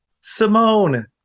Simone